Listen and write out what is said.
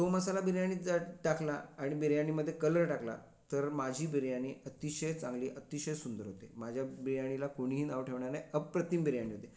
तो मसाला बिर्याणीत जर टाकला आणि बिर्याणीमध्ये कलर टाकला तर माझी बिर्याणी अतिशय चांगली अतिशय सुंदर होते माझ्या बिर्याणीला कुणीही नावं ठेवणार नाही अप्रतिम बिर्याणी होते